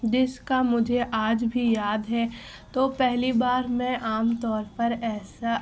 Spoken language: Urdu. جس کا مجھے آج بھی یاد ہے تو پہلی بار میں عام طور پر ایسا